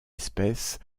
espèce